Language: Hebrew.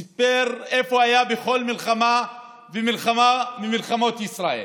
סיפר איפה היה בכל מלחמה ומלחמה ממלחמות ישראל.